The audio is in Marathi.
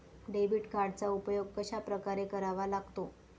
डेबिट कार्डचा उपयोग कशाप्रकारे करावा लागतो?